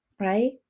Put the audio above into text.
right